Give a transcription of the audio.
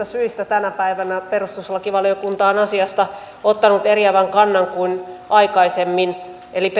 syistä tänä päivänä perustuslakivaliokunta on asiasta ottanut eriävän kannan kuin aikaisemmin eli